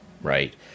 right